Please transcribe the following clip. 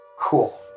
Cool